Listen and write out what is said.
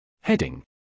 Heading